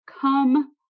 Come